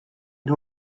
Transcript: nhw